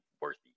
worthy